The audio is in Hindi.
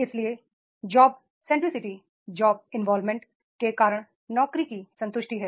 इसलिए जॉब सेंट्रिसिटी जॉब इनवॉल्वमेंट के कारण नौकरी की संतुष्टि है